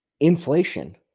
Inflation